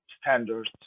standards